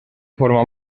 forma